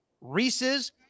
reese's